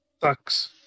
Sucks